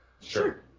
sure